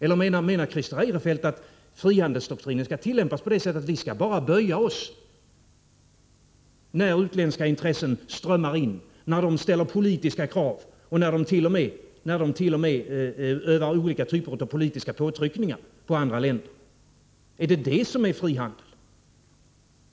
Eller menar Christer Eirefelt att frihandelsdoktrinen skall tillämpas på det sättet att man bara skall böja sig när utländska intressen strömmar in, när de ställer politiska krav och t.o.m. övar olika typer av politiska påtryckningar på andra länder? Är det det som är frihandel?